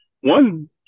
One